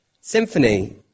Symphony